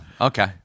okay